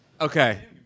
Okay